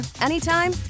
anytime